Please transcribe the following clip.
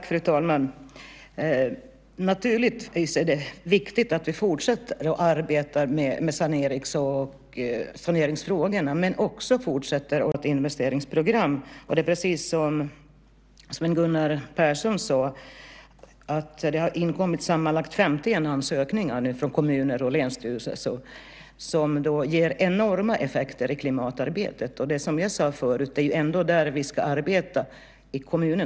Fru talman! Naturligtvis är det viktigt att vi fortsätter att arbeta med saneringsfrågorna men också fortsätter att diskutera klimatinvesteringsprogram. Precis som Sven Gunnar Persson sade har det inkommit sammanlagt 51 ansökningar från kommuner och länsstyrelser som ger enorma effekter i klimatarbetet. Det är ändå i kommunerna vi ska arbeta.